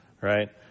right